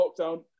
lockdown